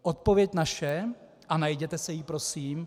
Odpověď naše, a najděte si ji, prosím.